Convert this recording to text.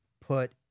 Put